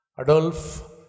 Adolf